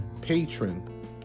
patron